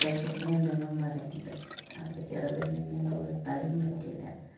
വിശക്കുന്നുണ്ടെന്നും പറയുന്നുണ്ട് അപ്പോൾ ചെറുതെന്തെങ്കിലും കൊടുത്താലും പറ്റില്ല